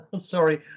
Sorry